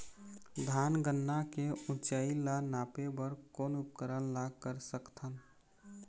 धान गन्ना के ऊंचाई ला नापे बर कोन उपकरण ला कर सकथन?